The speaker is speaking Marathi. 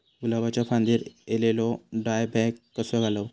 गुलाबाच्या फांदिर एलेलो डायबॅक कसो घालवं?